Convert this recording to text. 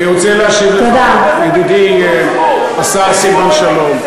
אני רוצה להשיב לך, ידידי השר סילבן שלום.